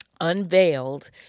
unveiled